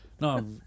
No